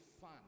fun